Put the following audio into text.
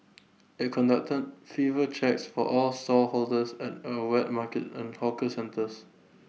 IT conducted fever checks for all stallholders at at wet market and hawker centres